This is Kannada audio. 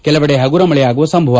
ಕೆಲವೆಡೆ ಪಗುರ ಮಳೆಯಾಗುವ ಸಂಭವ